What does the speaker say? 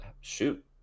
shoot